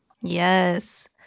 Yes